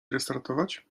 restartować